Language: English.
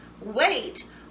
wait